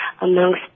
Amongst